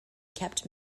kept